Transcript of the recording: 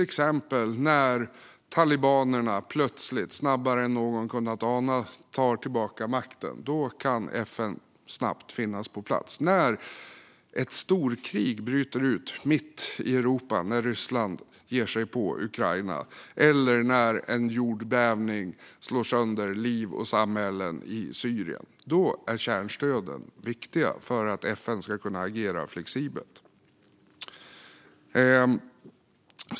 Exempelvis när talibanerna plötsligt, snabbare än någon kunnat ana, tar tillbaka makten kan FN snabbt finnas på plats. När Ryssland ger sig på Ukraina och ett storkrig bryter ut mitt i Europa eller när en jordbävning slår sönder liv och samhällen i Syrien är kärnstöden viktiga för att FN ska kunna agera flexibelt.